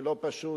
ולא פשוט,